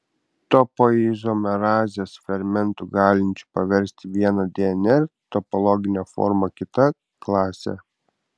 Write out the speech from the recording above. topoizomerazės fermentų galinčių paversti vieną dnr topologinę formą kita klasė